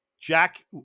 Jack